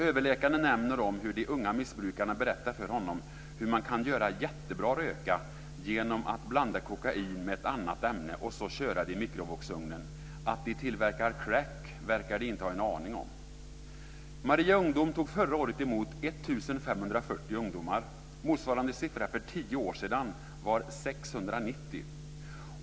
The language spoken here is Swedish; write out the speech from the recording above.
Överläkaren nämner hur de unga missbrukarna berättar för honom hur man kan göra jättebra röka genom att blanda kokain med ett annat ämne och köra i mikrovågsugnen. Att de tillverkar crack verkar de inte ha en aning om. Maria ungdom tog förra året emot 1 540 ungdomar. Motsvarande siffra för tio år sedan var 690.